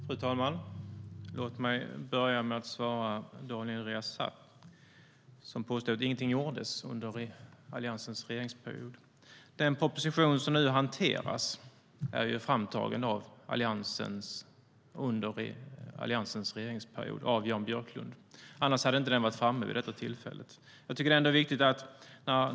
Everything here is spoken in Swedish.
Fru talman! Låt mig börja med att svara Daniel Riazat, som påstår att ingenting gjordes under Alliansens regeringsperiod. Den proposition som nu hanteras är framtagen av Jan Björklund under Alliansens regeringsperiod. Annars hade den inte varit framme vid det här tillfället.